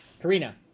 Karina